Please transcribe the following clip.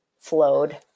flowed